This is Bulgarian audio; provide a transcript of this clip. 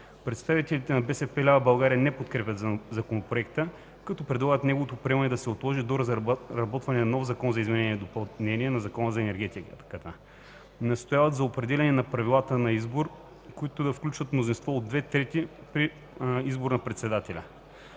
Представителите на БСП лява България не подкрепят Законопроекта, като предлагат неговото приемане да се отложи до разработване на нов Законопроект за изменение и допълнение на Закона за енергетиката. Настояват за определяне на правилата за избор, който да включва мнозинство от 2/3 при избор на председателя.